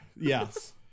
yes